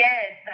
Yes